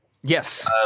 Yes